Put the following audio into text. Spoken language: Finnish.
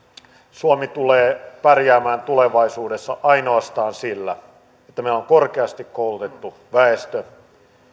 suomi tulee pärjäämään tulevaisuudessa ainoastaan sillä että meillä on korkeasti koulutettu väestö